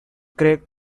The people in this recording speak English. cracked